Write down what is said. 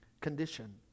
Condition